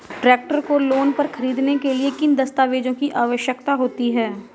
Tractor को loan पर खरीदने के लिए किन दस्तावेज़ों की आवश्यकता होती है?